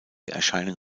erscheinen